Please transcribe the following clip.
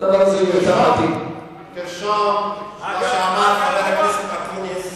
תרשום מה שאמר חבר הכנסת אקוניס,